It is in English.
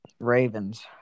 Ravens